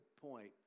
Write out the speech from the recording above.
point